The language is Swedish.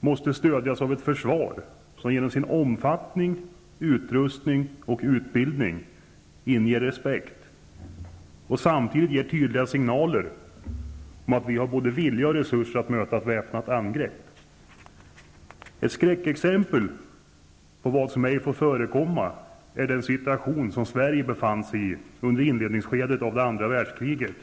måste stödjas av ett försvar som genom sin omfattning, utrustning och utbildning inger respekt och samtidigt ger tydliga signaler om att vi har både vilja och resurser att möta ett väpnat angrepp. Ett skräckexempel på vad som ej får förekomma är den situation som Sverige befann sig i under inledningsskedet av andra världskriget.